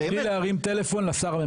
מבלי להרים טלפון לשר הממונה.